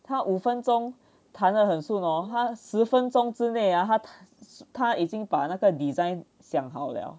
他五分钟谈了很顺 hor 他十分钟之内啊他他已经把那个 design 想好了